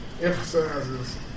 emphasizes